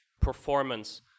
performance